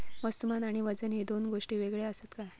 वस्तुमान आणि वजन हे दोन गोष्टी वेगळे आसत काय?